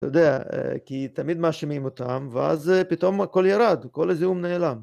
אתה יודע, כי תמיד מאשרים אותם ואז פתאום הכל ירד, כל הזיהום נעלם.